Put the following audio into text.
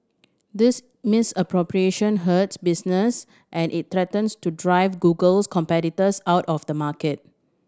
this misappropriation hurts business and it threatens to drive Google's competitors out of the market